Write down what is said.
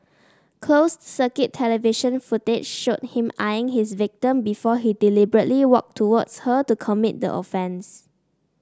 closed circuit television footage showed him eyeing his victim before he deliberately walk towards her to commit the offence